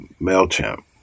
MailChimp